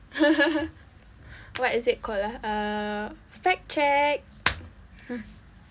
what is it called ah uh fact check